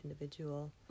individual